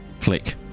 Click